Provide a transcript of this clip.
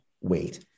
wait